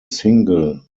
single